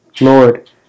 Lord